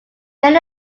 men